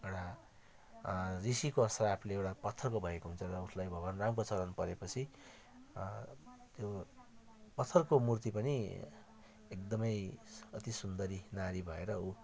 एउटा ऋषिको श्रापले एउटा पत्थरको भएको हुन्छ र उसलाई भगवान रामको शरण परेपछि त्यो पत्थरको मूर्ति पनि एकदमै अति सुन्दरी नारी भएर ऊ